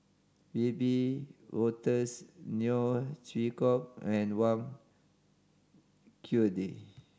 Wiebe Wolters Neo Chwee Kok and Wang Chunde